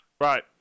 Right